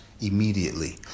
immediately